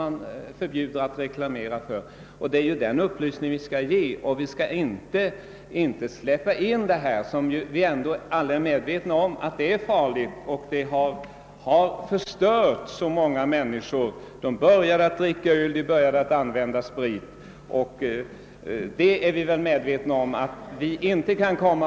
Vi bör inte släppa in ölet, eftersom vi alla är medvetna om att det är farligt, då det har förstört många människor som börjat dricka öl och fortsatt med sprit. Något förbud har vi inte talat om. Det är bara herr Wennerfors som har fått det för sig. sträckning. Härigenom undviks att taxeringsvärdena på skogsfastigheter blir alltför höga. Reduktionen föreslås till 100 kr.